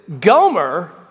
Gomer